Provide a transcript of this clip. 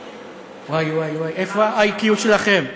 וואי, וואי, וואי, איפה ה-IQ שלכם?